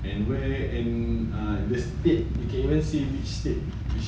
the state we can see which state is the cheapest